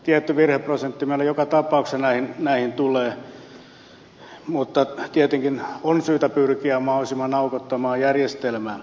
tietty virheprosentti meille joka tapauksessa näihin tulee mutta tietenkin on syytä pyrkiä mahdollisimman aukottomaan järjestelmään